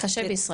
זה קשה בישראל.